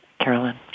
Carolyn